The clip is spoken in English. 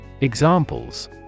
Examples